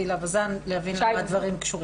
הילה שי וזאן להבין למה הדברים קשורים.